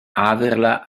averla